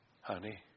Honey